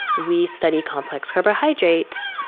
we study complex carbohydrates,